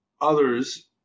others